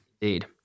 Indeed